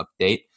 update